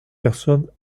personnes